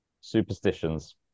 Superstitions